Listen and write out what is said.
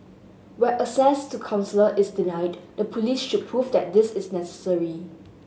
where access to is denied the police should prove that this is necessary